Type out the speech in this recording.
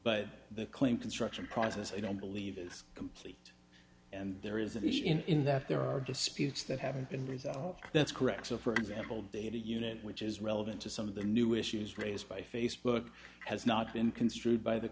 but the claim construction process i don't believe is complete and there is an issue in that there are disputes that haven't been resolved that's correct so for example data unit which is relevant to some of the new issues raised by facebook has not been construed by the